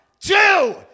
two